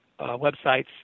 websites